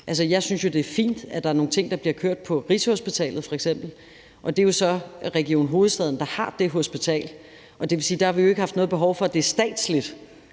Jeg synes jo, at det er fint, at der er nogle ting, der bliver kørt på Rigshospitalet, og det er jo så Region Hovedstaden, der har det hospital. Det vil sige, at der har vi ikke haft noget behov for, at det er statsligt,